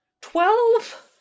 Twelve